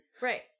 Right